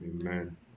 Amen